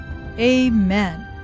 Amen